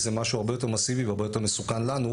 זה משהו הרבה יותר מסיבי והרבה יותר מסוכן לנו,